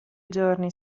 giorni